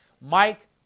Mike